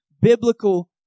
biblical